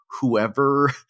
whoever